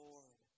Lord